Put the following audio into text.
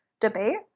debate